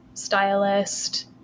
stylist